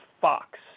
Fox